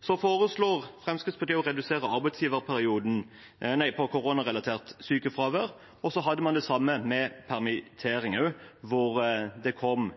Så Fremskrittspartiet foreslo å redusere arbeidsgiverperioden for koronarelatert sykefravær, og så hadde man den samme runden med permitteringer, da det kom